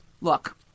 Look